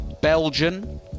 Belgian